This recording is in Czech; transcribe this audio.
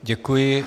Děkuji.